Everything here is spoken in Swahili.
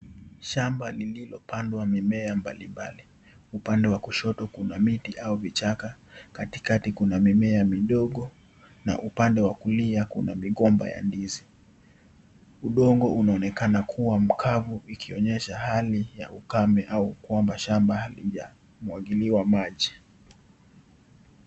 Shamba lililopandwa imea mbalimbali upande wa kushoto kuna miti au vichaka katikati kuna mimea midogo na upande wa kulia kuna migomba ya ndizi ,udongo unaonekana kuwa mkavu ikonyesha hali ya ukame au kuwa shamba halijamwagiliwa maji.